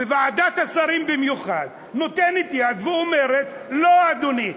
ועדת השרים במיוחד נותנת יד ואומרת: לא אדוני,